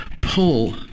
pull